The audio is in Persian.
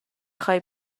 خوای